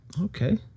okay